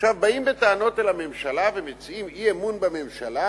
באים בטענות אל הממשלה ומציעים אי-אמון בממשלה